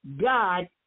God